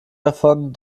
davon